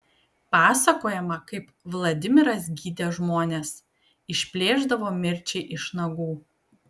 pasakojama kaip vladimiras gydė žmones išplėšdavo mirčiai iš nagų